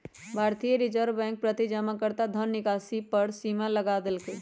भारतीय reserve bank प्रति जमाकर्ता धन निकासी पर सीमा लगा देलकइ